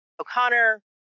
O'Connor